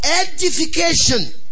edification